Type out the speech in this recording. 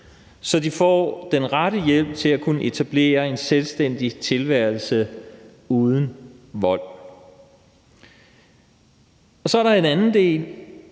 så de får den rette hjælp til at kunne etablere en selvstændig tilværelse uden vold. Den anden del